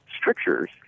strictures